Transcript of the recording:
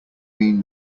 mean